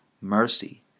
Mercy